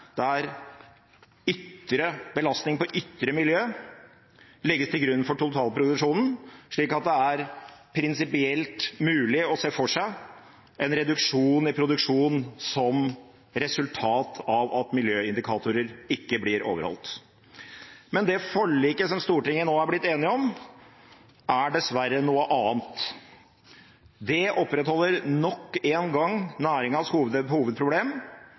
der belastning på ytre miljø legges til grunn for totalproduksjonen, slik at det er prinsipielt mulig å se for seg en reduksjon i produksjonen som resultat av at miljøindikatorer ikke blir overholdt. Men det forliket som Stortinget nå er blitt enige om, er dessverre noe annet. Det opprettholder nok en gang næringens hovedproblem,